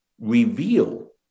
reveal